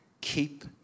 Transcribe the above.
keep